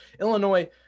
Illinois